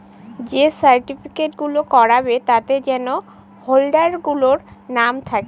যে সার্টিফিকেট গুলো করাবে তাতে যেন হোল্ডার গুলোর নাম থাকে